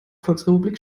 volksrepublik